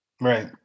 Right